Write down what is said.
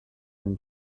and